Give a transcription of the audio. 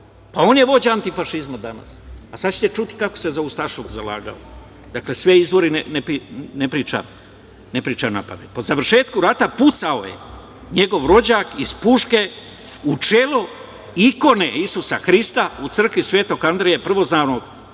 Pa, on je vođa antifašizma danas, a sada ćete čuti kako se za ustašluk zalagao. Dakle, sve izvori, ne pričam na pamet. Po završetku rata, pucao je njegov rođak iz puške u čelo ikone Isusa Hrista u crkvi Svetog Andreje Prvozvanog na